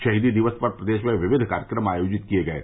शहीदी दिवस पर प्रदेश में विविध कार्यक्रम आयोजित किये गये